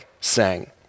sang